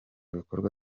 bikorwa